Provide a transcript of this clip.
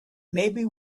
maybe